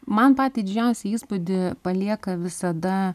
man patį didžiausią įspūdį palieka visada